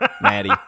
maddie